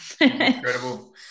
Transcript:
Incredible